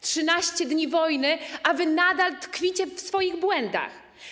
13 dni wojny, a wy nadal tkwicie w swoich błędach.